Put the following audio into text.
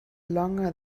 longer